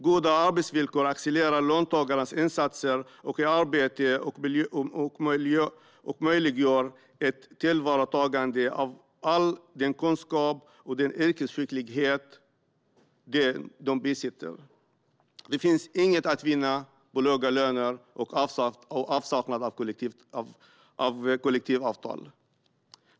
Goda arbetsvillkor accelererar löntagarnas insatser i arbetet och möjliggör ett tillvaratagande av all den kunskap och den yrkesskicklighet som de besitter. Det finns inget att vinna på låga löner och avsaknad av kollektivavtal.